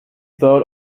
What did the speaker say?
thought